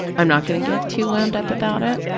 i'm not going to get too wound up about it,